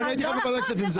אני הייתי חבר ועדת הכספים.